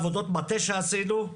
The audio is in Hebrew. עבודות מטה שעשינו.